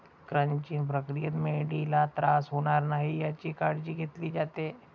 crunching प्रक्रियेत मेंढीला त्रास होणार नाही याची काळजी घेतली जाते